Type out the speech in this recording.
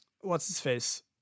What's-his-face